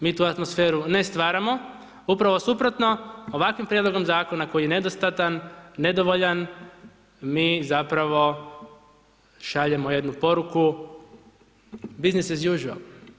Mi tu atmosferu ne stvaramo, upravo suprotno, ovakvim prijedlogom zakona koji je nedostatan, nedovoljan mi zapravo šaljemo jednu poruku, business as usual.